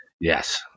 yes